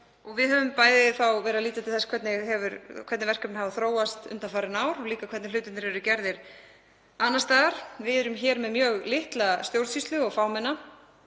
Við höfum litið til þess hvernig verkefnin hafa þróast undanfarin ár og hvernig hlutirnir eru gerðir annars staðar. Við erum hér með mjög litla stjórnsýslu og fámenna